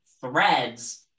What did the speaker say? threads